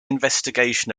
investigation